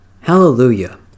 Hallelujah